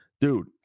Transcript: dude